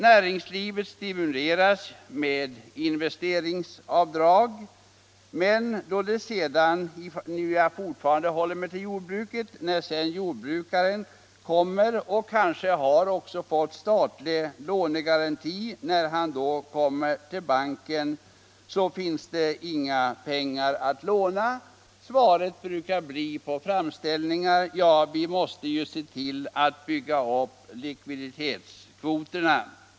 Näringslivet stimuleras med investeringsavdrag, men när sedan jordbrukaren — jag fortsätter att hålla mig till jordbruket — kommer till banken kanske med en statlig lånegaranti, finns det inga pengar att låna. Svaret på sådana framställningar brukar bli: Vi måste se till att bygga upp likviditetskvoterna.